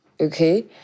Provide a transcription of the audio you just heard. okay